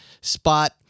spot